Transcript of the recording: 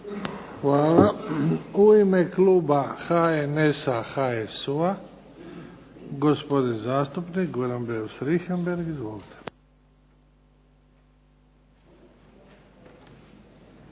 Hvala. U ime kluba HNS-a – HSU-a, gospodin zastupnik Goran Beus Richembergh. Izvolite.